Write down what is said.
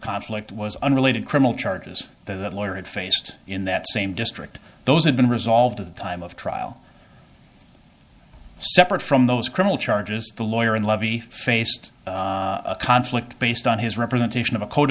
conflict was unrelated criminal charges that lawyer had faced in that same district those had been resolved at the time of trial separate from those criminal charges the lawyer and levy faced a conflict based on his representation of a